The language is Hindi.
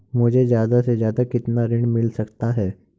मुझे ज्यादा से ज्यादा कितना ऋण मिल सकता है?